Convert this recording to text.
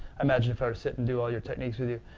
imagine if i sit and do all your techniques with you,